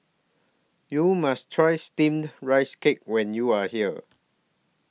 YOU must Try Steamed Rice Cake when YOU Are here